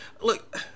Look